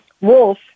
wolf